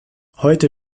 heute